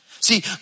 See